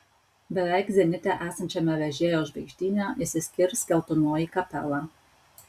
beveik zenite esančiame vežėjo žvaigždyne išsiskirs geltonoji kapela